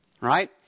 Right